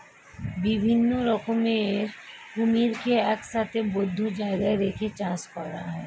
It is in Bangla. বিভিন্ন রকমের কুমিরকে একসাথে বদ্ধ জায়গায় রেখে চাষ করা হয়